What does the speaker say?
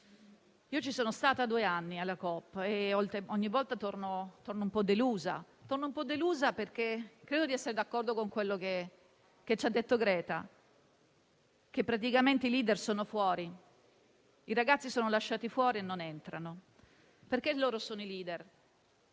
Io ci sono stata due anni alla COP e ogni volta torno un po' delusa, perché credo di essere d'accordo con quello che ci ha detto Greta: praticamente i *leader* sono fuori, i ragazzi sono lasciati fuori e non entrano. Infatti sono loro i *leader*,